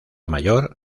mayor